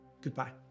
Goodbye